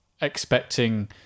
expecting